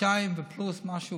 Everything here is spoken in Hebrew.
חודשיים פלוס משהו